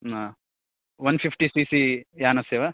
one fifty C C यानस्य वा